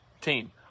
team